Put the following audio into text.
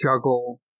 juggle